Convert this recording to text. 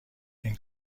این